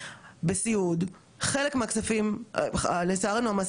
לצערנו המעסיקים הפרטיים לא מפרישים את הכספים לפיקדון,